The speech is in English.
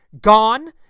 gone